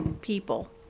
people